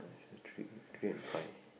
three three and five